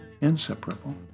inseparable